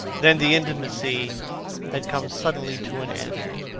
then the intimacy had come suddenly to an end.